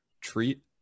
treat